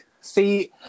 see